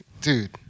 dude